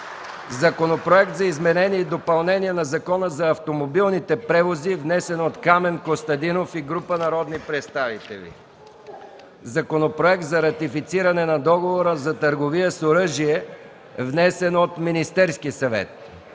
Законопроект за изменение и допълнение на Закона за автомобилните превози, внесен от Камен Костадинов и група народни представители. Законопроект за ратифициране на Договора за търговия с оръжие, внесен от Министерския съвет.